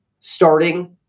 starting